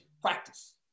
practice